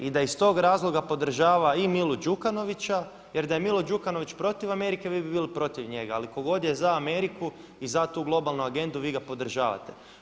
I da iz toga razloga podržava i Milu Đukanovića, jer da je Milo Đukanović protiv Amerike vi bi bili protiv njega, ali tko god je za Ameriku i za tu globalnu agendu vi ga podržavate.